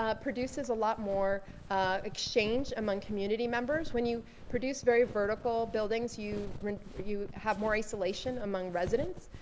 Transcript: ah produces a lot more exchange among community members. when you produce very vertical buildings, you you have more isolation among residents.